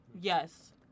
yes